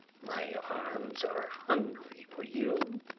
my arms are hungry for you.